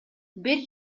бир